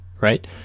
right